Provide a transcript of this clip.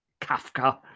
Kafka